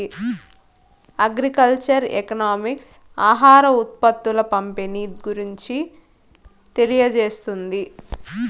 agriculture economics ఆహార ఉత్పత్తుల పంపిణీ గురించి తెలియజేస్తుంది